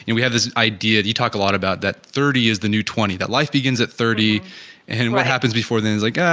and we have this idea that you talk a lot about that thirty is the new twenty that life begins at thirty and what happens before then it's like, yeah